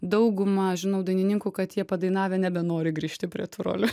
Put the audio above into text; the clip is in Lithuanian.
dauguma žinau dainininkų kad jie padainavę nebenori grįžti prie tų rolių